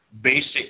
basic